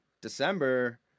December